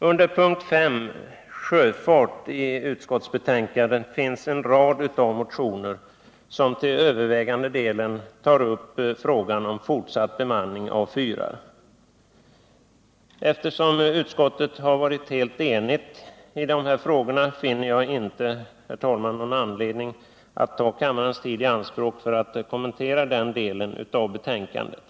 Under rubriken Sjöfart i utskottsbetänkandet finns en rad motioner som till övervägande del tar upp frågan om fortsatt bemanning av fyrar. Eftersom utskottet har varit helt enigt i dessa frågor finner jag, herr talman, inte anledning att ta kammarens tid i anspråk för att kommentera den delen av betänkandet.